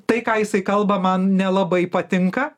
tai ką jisai kalba man nelabai patinka